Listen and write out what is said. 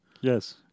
Yes